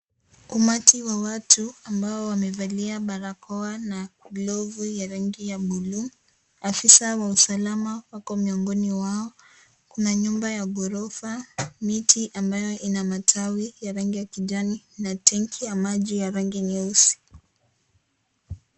Umati wa watu ambao wamevalia barakoa na gloves ya rangi ya blue afisa wa uzalama wako miongoni mwao. Kuna Miti ya ghorofa. Miti ya rangi kijani na tangi nyeusi.